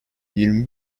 yirmi